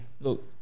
look